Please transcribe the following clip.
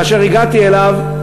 וכאשר הגעתי אליו,